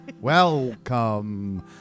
Welcome